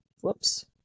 Whoops